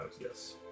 yes